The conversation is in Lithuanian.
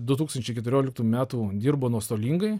du tūkstančiai keturioliktų metų dirbo nuostolingai